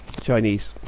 Chinese